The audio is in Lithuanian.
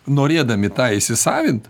norėdami tą įsisavint